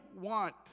want